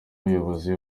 ubuyobozi